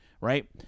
right